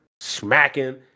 smacking